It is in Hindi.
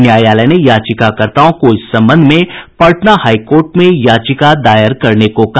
न्यायालय ने याचिकाकर्ताओं को इस संबंध में पटना हाई कोर्ट में याचिका दायर करने को कहा